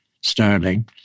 sterling